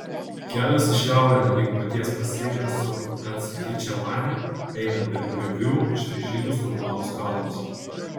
kelias į šiaurę link paties pasienio su nachičevane eina per griovų išraižytus raudonus kalnus